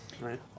right